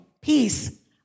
peace